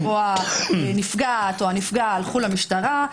הנפגע או הנפגעת הלכו למשטרה,